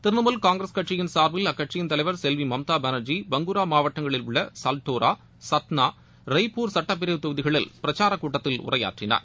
திரிணமுல் காங்கிரஸ் கட்சியின் சார்பில் அக்கட்சியின் தலைவர் செல்வி மம்தா பானர்ஜி பங்குரா மாவட்டங்களில் உள்ள சல்டோரா சத்னா ரெய்பூர் சுட்டபேரவை தொகுதிகளில் பிரசாரக் கூட்டத்தில் உரையாற்றினார்